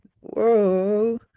whoa